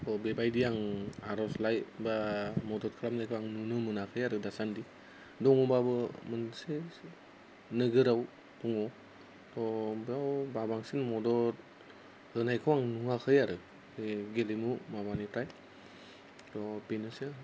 थ' बेबायदि आं आरजलाइ बा मदद खालामनायखौ आं नुनो मोनाखै आरो दासान्दि दङबाबो मोनसे नोगोराव दङ त' बेयाव बाबांसिन मदद होनायखौ आं नुवाखै आरो बे गेलेमु माबानिफ्राय त' बेनोसै